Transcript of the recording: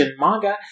manga